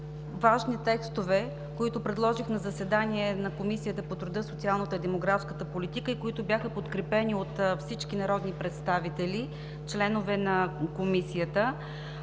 важни текстове, които предложих на заседание на Комисията по труда, социалната и демографската политика, които бяха подкрепени от всички народни представители – членове на Комисията.